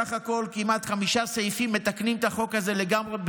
בסך הכול כמעט חמישה סעיפים מתקנים את החוק הזה לגמרי.